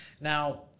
Now